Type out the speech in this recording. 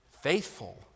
faithful